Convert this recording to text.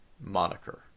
moniker